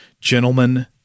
gentlemen